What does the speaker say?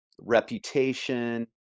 reputation